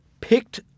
picked